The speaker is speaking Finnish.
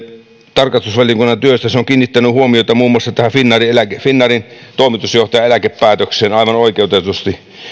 tarkastusvaliokunnan työstä se on kiinnittänyt huomiota muun muassa finnairin toimitusjohtajan eläkepäätökseen aivan oikeutetusti